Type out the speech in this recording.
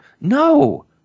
No